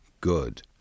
good